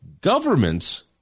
governments